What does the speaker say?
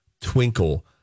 twinkle